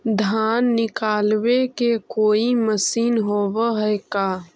धान निकालबे के कोई मशीन होब है का?